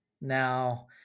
Now